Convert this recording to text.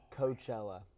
Coachella